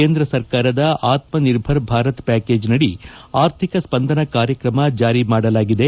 ಕೇಂದ್ರ ಸರ್ಕಾರದ ಆತ್ಮನಿರ್ಭರ್ ಭಾರತ ಪ್ವಾಕೇಜ್ ನಡಿ ಆರ್ಥಿಕ ಸ್ಪಂದನ ಕಾರ್ಯತ್ರಮ ಜಾರಿ ಮಾಡಲಾಗಿದೆ